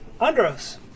Andros